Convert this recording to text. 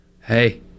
Hey